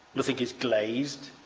nothing is glazed.